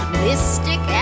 mystic